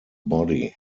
body